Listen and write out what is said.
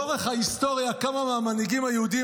לאורך ההיסטוריה כמה מהמנהיגים היהודים